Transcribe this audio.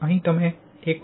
અહીં તમે 1